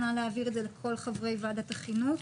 נא להעביר את זה לכל חברי ועדת החינוך.